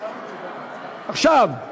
לא, סליחה,